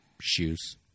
shoes